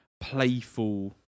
playful